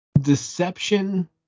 deception